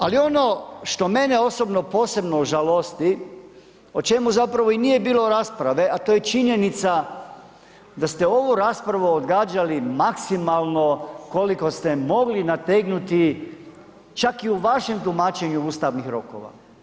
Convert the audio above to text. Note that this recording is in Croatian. Ali ono što mene osobno posebno žalosti, o čemu zapravo i nije bilo rasprave a to je činjenica da ste ovu raspravu odgađali maksimalno koliko ste mogli nategnuti čak i u vašem tumačenju ustavnih rokova.